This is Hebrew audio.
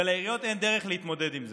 ולעיריות אין דרך להתמודד עם זה.